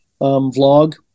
vlog